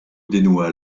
dénoua